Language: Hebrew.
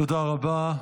תודה רבה.